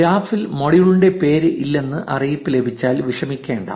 ഗ്രാഫിൽ മൊഡ്യൂളിന്റെ പേര് ഇല്ലെന്ന് അറിയിപ്പ് ലഭിച്ചാൽ വിഷമിക്കേണ്ട